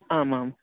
आम् आम्